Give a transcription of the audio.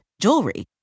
jewelry